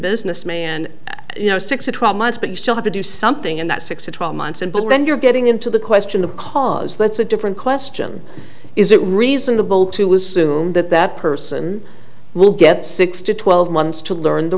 businessman you know six to twelve months but you still have to do something in that six to twelve months and but when you're getting into the question of cause that's a different question is it reasonable to assume that that person will get six to twelve months to learn the